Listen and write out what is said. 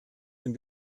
dem